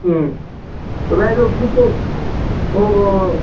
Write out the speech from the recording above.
ꯎꯝ ꯑꯗꯣ ꯚꯥꯏ ꯑꯗꯨ ꯒ꯭ꯔꯨꯞꯇꯨ ꯑꯣ ꯑꯣ ꯑꯣ